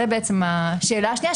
זוהי השאלה השניה,